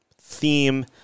theme